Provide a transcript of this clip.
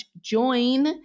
join